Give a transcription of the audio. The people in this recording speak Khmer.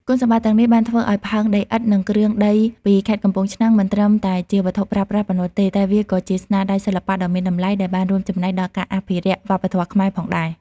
គុណសម្បត្តិទាំងនេះបានធ្វើឱ្យផើងដីឥដ្ឋ និងគ្រឿងដីពីខេត្តកំពង់ឆ្នាំងមិនត្រឹមតែជាវត្ថុប្រើប្រាស់ប៉ុណ្ណោះទេ តែវាក៏ជាស្នាដៃសិល្បៈដ៏មានតម្លៃដែលបានរួមចំណែកដល់ការអភិរក្សវប្បធម៌ខ្មែរផងដែរ។